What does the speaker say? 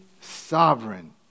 sovereign